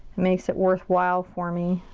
makes it worthwhile for me.